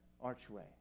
archway